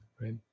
right